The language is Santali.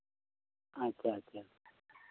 ᱟᱪᱪᱷᱟ ᱟᱪᱪᱷᱟ